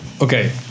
Okay